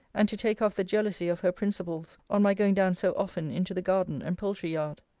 and to take off the jealousy of her principals on my going down so often into the garden and poultry-yard.